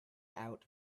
out